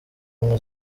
ubumwe